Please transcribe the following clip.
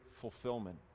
fulfillment